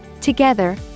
Together